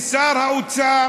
לשר האוצר